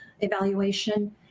evaluation